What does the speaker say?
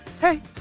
Hey